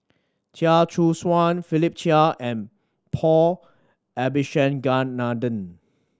Chia Choo Suan Philip Chia and Paul Abisheganaden